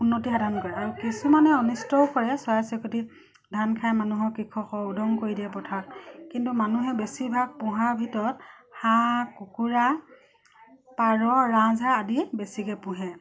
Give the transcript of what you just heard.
উন্নতি সাধন কৰে আৰু কিছুমানে অনিষ্টও কৰে চৰাই চিৰিকটি ধান খাই মানুহৰ কৃষক উদং কৰি দিয়ে পথাৰত কিন্তু মানুহে বেছিভাগ পোহাৰ ভিতৰত হাঁহ কুকুৰা পাৰ ৰাজহাঁহ আদি বেছিকে পোহে